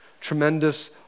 tremendous